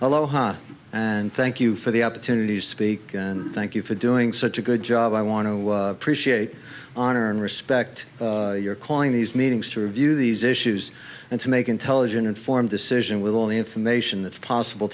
aloha and thank you for the opportunity to speak and thank you for doing such a good job i want to pre shared honor and respect your calling these meetings to review these issues and to make intelligent informed decision with all the information that's possible